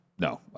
No